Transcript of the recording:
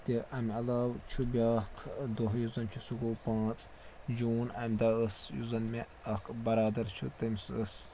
تہِ امہِ علاوٕ چھُ بٛیاکھ دۄہ یُس زَن چھُ سُہ گوٚو پانٛژھ جوٗن امہِ دۄہ ٲس یُس زَن مےٚ اَکھ بَرادر چھُ تٔمِس ٲس